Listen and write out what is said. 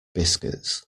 biscuits